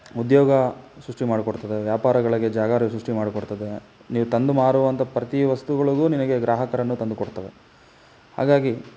ಉದ್ಯೋಗ ಸೃಷ್ಟಿ ಮಾಡಿಕೊಡ್ತದೆ ವ್ಯಾಪಾರಗಳಿಗೆ ಜಾಗ ಸೃಷ್ಟಿ ಮಾಡಿಕೊಡ್ತದೆ ನೀವು ತಂದು ಮಾರುವಂಥ ಪ್ರತಿ ವಸ್ತುಗಳಿಗೂ ನಿಮಗೆ ಗ್ರಾಹಕರನ್ನು ತಂದುಕೊಡ್ತವೆ ಹಾಗಾಗಿ